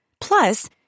Plus